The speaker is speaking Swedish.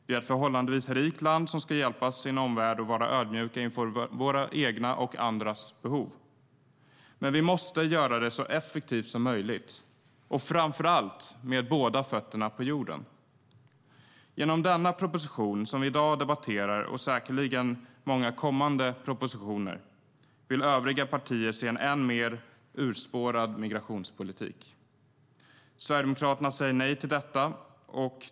Vi är ett förhållandevis rikt land som ska hjälpa sin omvärld och vara ödmjukt inför våra egna och andras behov. Men vi måste göra det så effektivt som möjligt, och framför allt med båda fötterna på jorden. Genom den proposition som vi i dag debatterar, och säkerligen många kommande propositioner, vill övriga partier få en än mer urspårad migrationspolitik. Sverigedemokraterna säger nej till detta.